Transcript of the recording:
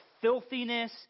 filthiness